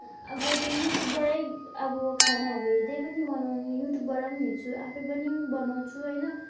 अब त्यो युट्युबबाटै अब खानाहरू हेर्दै पनि बनाउनु युट्युबबाट पनि हेर्छु आफै पनि बनाउँछु होइन